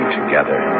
together